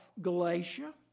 Galatia